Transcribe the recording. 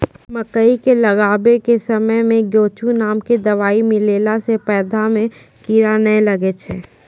मकई के लगाबै के समय मे गोचु नाम के दवाई मिलैला से पौधा मे कीड़ा नैय लागै छै?